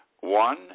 one